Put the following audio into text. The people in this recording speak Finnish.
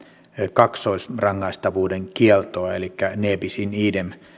kaksoisrangaistavuuden kieltoa elikkä ne bis in idem